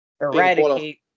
eradicate